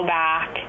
back